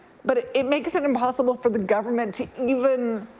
but it it makes it impossible for the government to even